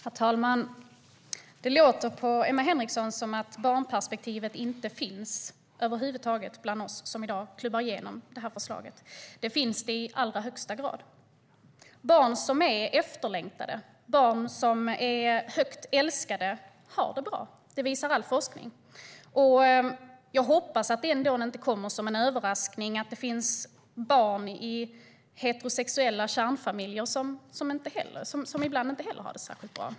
Herr talman! Det låter på Emma Henriksson som att barnperspektivet inte finns över huvud taget bland oss som i dag klubbar igenom förslaget. Det finns det i allra högsta grad. Barn som är efterlängtade, barn som är högt älskade har det bra. Det visar all forskning. Jag hoppas att det inte kommer som någon överraskning att det finns barn i heterosexuella kärnfamiljer som ibland inte har det särskilt bra.